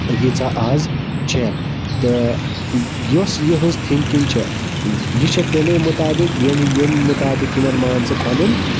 ییٖژاہ آز چھےٚ تہٕ یۄس یِہِنٛز تھِنٛکِنٛگ چھےٚ یہِ چھےٚ تمے مُطابِق ییٚمہِ مُطابِق یِٕن مان ژٕ پَنُن